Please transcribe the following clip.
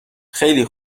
خیلی